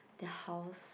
their house